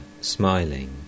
smiling